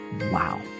Wow